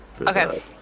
Okay